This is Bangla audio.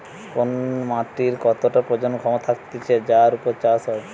কোন মাটির কতটা প্রজনন ক্ষমতা থাকতিছে যার উপর চাষ হয়